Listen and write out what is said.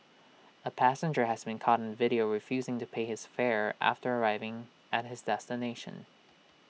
A passenger has been caught on video refusing to pay his fare after arriving at his destination